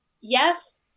yes